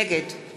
נגד